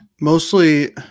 Mostly